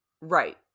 Right